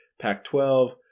Pac-12